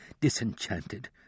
disenchanted